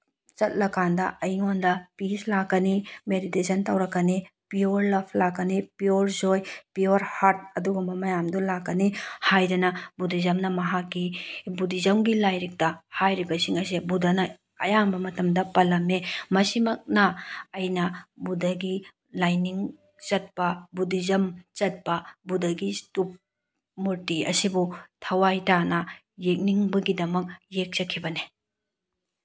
ꯆꯠꯂꯀꯥꯟꯗ ꯑꯩꯉꯣꯟꯗ ꯄꯤꯁ ꯂꯥꯛꯀꯅꯤ ꯃꯦꯔꯤꯗꯦꯁꯟ ꯇꯧꯔꯛꯀꯅꯤ ꯄꯤꯌꯣꯔ ꯂꯞ ꯂꯥꯛꯀꯅꯤ ꯄꯤꯌꯣꯔ ꯖꯣꯏ ꯄꯤꯌꯣꯔ ꯍꯥꯔꯠ ꯑꯗꯨꯒꯨꯝꯕ ꯃꯌꯥꯝꯗꯣ ꯂꯥꯛꯀꯅꯤ ꯍꯥꯏꯗꯅ ꯕꯨꯙꯤꯖꯝꯅ ꯃꯍꯥꯛꯀꯤ ꯕꯨꯙꯤꯖꯝꯒꯤ ꯂꯥꯏꯔꯤꯛꯇ ꯍꯥꯏꯔꯤꯕꯁꯤꯡ ꯑꯁꯦ ꯕꯨꯙꯅ ꯑꯌꯥꯝꯕ ꯃꯇꯝꯗ ꯄꯜꯂꯝꯃꯦ ꯃꯁꯤꯃꯛꯅꯥ ꯑꯩꯅ ꯕꯨꯙꯒꯤ ꯂꯥꯏꯅꯤꯡ ꯆꯠꯄ ꯕꯨꯙꯤꯖꯝ ꯆꯠꯄ ꯕꯨꯙꯒꯤ ꯃꯨꯔꯇꯤ ꯑꯁꯤꯕꯨ ꯊꯋꯥꯏ ꯇꯥꯅ ꯌꯦꯛꯅꯤꯡꯕꯒꯤꯗꯃꯛ ꯌꯦꯛꯆꯈꯤꯕꯅꯦ